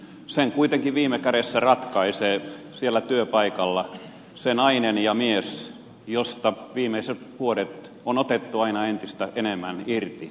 sen kuitenkin viime kädessä ratkaisee siellä työpaikalla se nainen ja mies josta viimeiset vuodet on otettu aina entistä enemmän irti